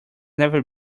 never